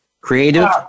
Creative